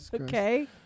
Okay